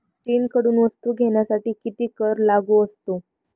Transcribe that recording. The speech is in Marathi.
चीनकडून वस्तू घेण्यासाठी किती कर लागू असतो?